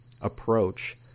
approach